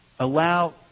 Allow